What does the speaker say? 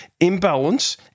Imbalance